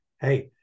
hey